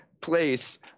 place